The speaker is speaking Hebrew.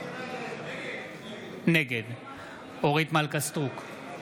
נגד אורית מלכה סטרוק,